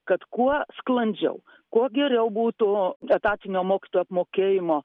kad kuo sklandžiau kuo geriau būtų etatinio mokytojų apmokėjimo